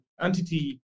entity